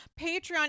Patreon